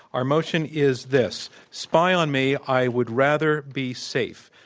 our motion is this, spy on me, i would rather be safe.